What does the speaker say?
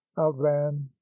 outran